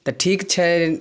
तऽ ठीक छै